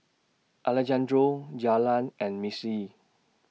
Alejandro Jaylan and Mitzi